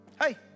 Hey